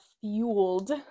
fueled